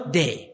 day